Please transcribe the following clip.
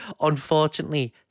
Unfortunately